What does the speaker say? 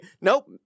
nope